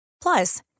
Plus